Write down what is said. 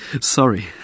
sorry